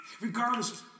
Regardless